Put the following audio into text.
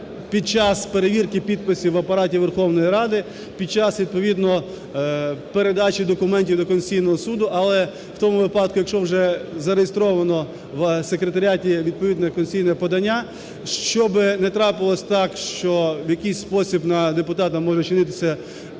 під час перевірки підписів в Апараті Верховної Ради під час відповідної передачі документів до Конституційного Суду, але в тому випадку, якщо вже зареєстровано в секретаріаті відповідне конституційне подання. Щоб не трапилось так, що в якийсь спосіб, на депутата може чинитися,